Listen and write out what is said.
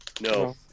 No